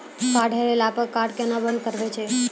Card हेरैला पर card केना बंद करबै छै?